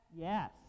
Yes